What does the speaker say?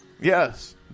Yes